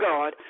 God